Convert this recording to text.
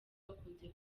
bakunze